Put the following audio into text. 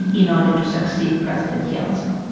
in order to succeed president yeltsin.